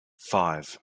five